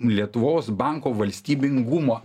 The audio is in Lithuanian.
lietuvos banko valstybingumo